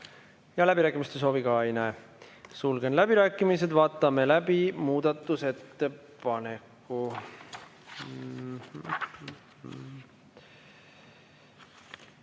Läbirääkimiste soovi ka ei näe. Sulgen läbirääkimised, vaatame läbi muudatusettepaneku.